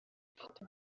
idafite